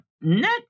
net